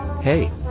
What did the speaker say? hey